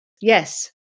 Yes